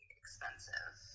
expensive